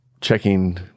checking